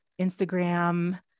Instagram